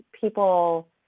people